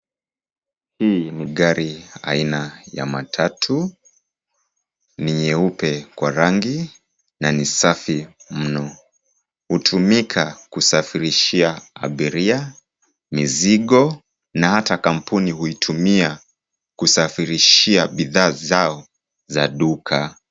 Hili ni gari aina ya matatu. Ni nyeupe kwa rangi na ni safi mno. Hutumika kusafirishia abiria, mizigo na hata kampuni hutumia kusafirishia bidhaa zao za duka.